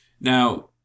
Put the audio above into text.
Now